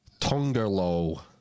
Tongerlo